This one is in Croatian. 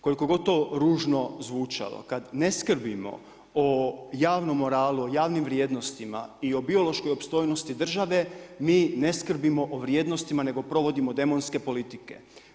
Koliko god to ružno zvučalo kada ne skrbimo o javnom moralu, o javnim vrijednostima i o biološkoj opstojnosti države, mi ne skrbimo o vrijednostima nego provodimo demonske politike.